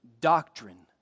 doctrine